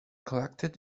collected